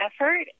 effort